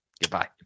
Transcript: goodbye